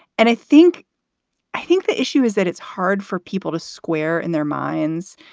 and i think i think the issue is that it's hard for people to square in their minds,